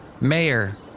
Mayor